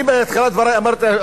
בתחילת דברי אמרתי,